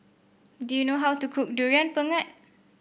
do you know how to cook Durian Pengat